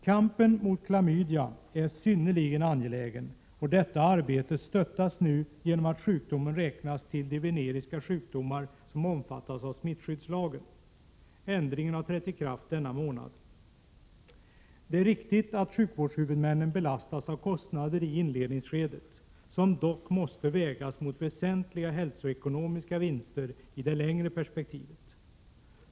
Kampen mot klamydia är synnerligen angelägen och detta arbete stöds nu genom att sjukdomen räknas till de veneriska sjukdomar som omfattas av smittskyddslagen. Ändringen gäller från denna månad. Det är riktigt att sjukvårdshuvudmännen belastas av kostnader i inledningsskedet, som dock måste vägas mot väsentliga hälsoekonomiska vinster i ett längre perspektiv.